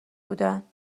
بودند